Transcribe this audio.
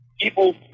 people